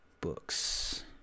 Books